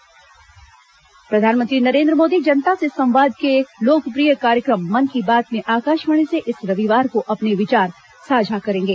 मन की बात प्रधानमंत्री नरेन्द्र मोदी जनता से संवाद के लोकप्रिय कार्यक्रम मन की बात में आकाशवाणी से इस रविवार को अपने विचार साझा करेंगे